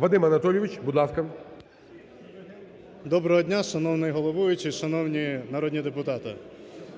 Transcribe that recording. Вадим Анатолійович, будь ласка. 16:45:38 ТРОЯН В.А. Доброго дня, шановний головуючий, шановні народні депутати!